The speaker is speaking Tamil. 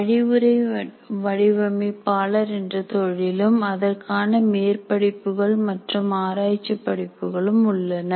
வழிமுறை வடிவமைப்பாளர் என்ற தொழிலும் அதற்கான மேற்படிப்புகள் மற்றும் ஆராய்ச்சி படிப்புகள் உள்ளன